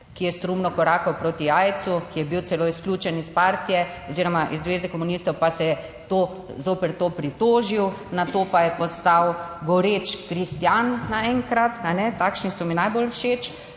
ki je strumno korakal proti aidsu, ki je bil celo izključen iz partije oziroma iz zveze komunistov, pa se je zoper to pritožil, nato pa je postal goreč kristjan, naenkrat - takšni so mi najbolj všeč